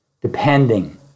depending